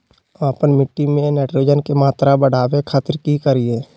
आपन मिट्टी में नाइट्रोजन के मात्रा बढ़ावे खातिर की करिय?